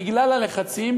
בגלל הלחצים,